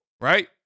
Right